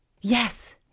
Yes